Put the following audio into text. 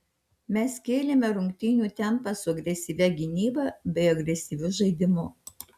mes kėlėme rungtynių tempą su agresyvia gynyba bei agresyviu žaidimu